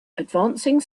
advancing